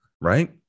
right